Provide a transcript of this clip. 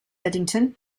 eddington